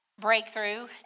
breakthrough